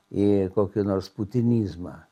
į kokį nors putinizmą